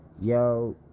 Yo